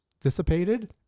dissipated